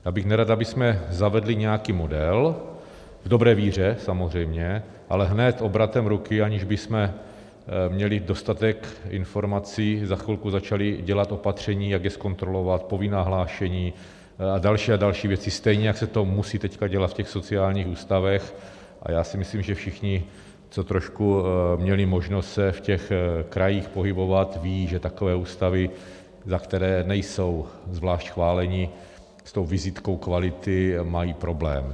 Já bych nerad, abychom zavedli nějaký model v dobré víře, samozřejmě ale hned obratem ruky, aniž bychom měli dostatek informací, za chvilku začali dělat opatření, jak je zkontrolovat, povinná hlášení a další a další věci stejně, jak se to musí teď dělat v těch sociálních ústavech, a já si myslím, že všichni, co trošku měli možnost se v těch krajích pohybovat, ví, že takové ústavy, za které nejsou zvlášť chváleni, s tou vizitkou kvality mají problém.